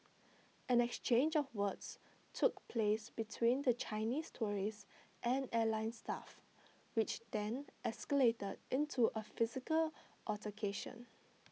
an exchange of words took place between the Chinese tourists and airline staff which then escalated into A physical altercation